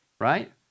right